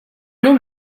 nom